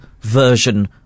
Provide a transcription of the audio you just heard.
version